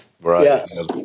right